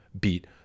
beat